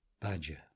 Badger